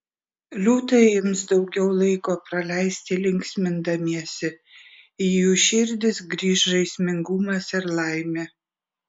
liūtai ims daugiau laiko praleisti linksmindamiesi į jų širdis grįš žaismingumas ir laimė